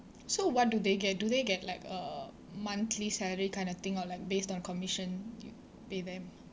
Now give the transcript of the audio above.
so what do they get do they get like a monthly salary kind of thing or like based on commission you pay them